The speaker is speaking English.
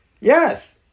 Yes